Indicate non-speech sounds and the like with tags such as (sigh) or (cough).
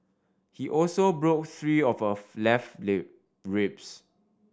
he also broke three of her (unintelligible) left ribs